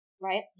Right